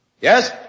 Yes